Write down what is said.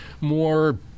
more